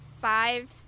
five